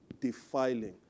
defiling